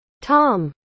Tom